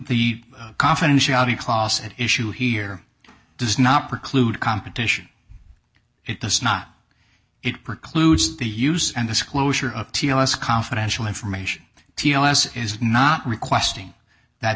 compete the confidentiality clause at issue here does not preclude competition it does not it precludes the use and disclosure of t l s confidential information t l s is not requesting that